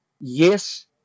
yes